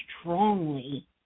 strongly